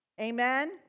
Amen